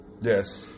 Yes